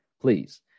please